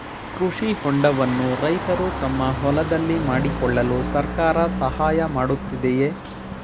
ಕೃಷಿ ಹೊಂಡವನ್ನು ರೈತರು ತಮ್ಮ ಹೊಲದಲ್ಲಿ ಮಾಡಿಕೊಳ್ಳಲು ಸರ್ಕಾರ ಸಹಾಯ ಮಾಡುತ್ತಿದೆಯೇ?